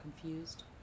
confused